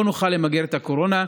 לא נוכל למגר את הקורונה.